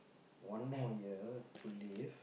one more year to live